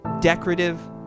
decorative